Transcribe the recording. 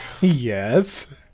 Yes